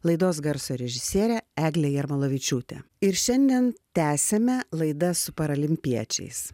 laidos garso režisierė eglė jarmolavičiūtė ir šiandien tęsiame laidas su paralimpiečiais